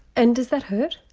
and does that hurt?